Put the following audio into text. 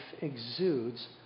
exudes